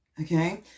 Okay